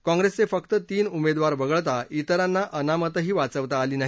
काँग्रेसचे फक्त तीन उमेदवार वगळता विरांना अनामतही वाचवता आली नाही